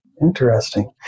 Interesting